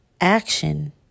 action